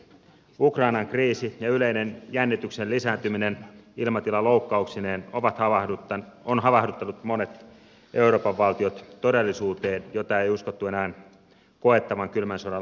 ukrainan kriisi ja yleinen jännityksen lisääntyminen ilmatilaloukkauksineen ovat havahduttaneet monet euroopan valtiot todellisuuteen jota ei uskottu enää koettavan kylmän sodan laantumisen jälkeen